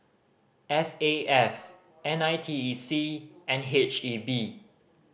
S A F N I T E C and H E B